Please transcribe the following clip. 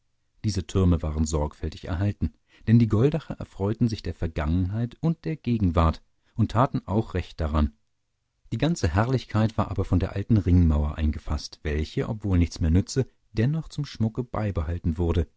diese türme waren sorgfältig erhalten denn die goldacher erfreuten sich der vergangenheit und der gegenwart und taten auch recht daran die ganze herrlichkeit war aber von der alten ringmauer eingefaßt welche obwohl nichts mehr nütze dennoch zum schmucke beibehalten wurde